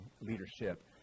leadership